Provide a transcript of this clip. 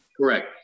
Correct